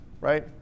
right